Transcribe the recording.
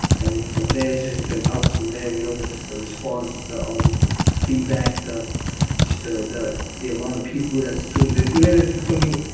and from there, just been out from there, you know, just the response, the feedback, the just ah the the amount of people that's tuned in. even if you for me,